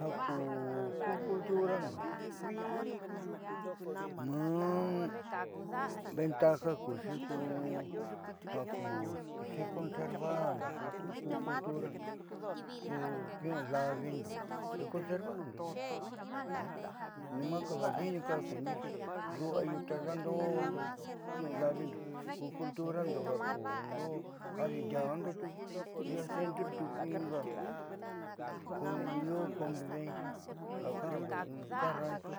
Ja ku culturando maa ventaja kuuxi ko ja ku xeconservando ku culturando ku niu'unda'avindo y xeconservando vadi'inika ja kuiinixi lu'aayu taada'ando niuudaavindo ku culturando ja kuundo adindia'ando tiuku centro tiuku inga ko io convivencia ja ka'ando tajranchu